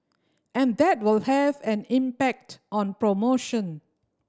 and that will have an impact on promotion